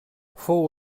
fou